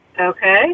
Okay